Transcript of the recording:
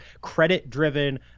credit-driven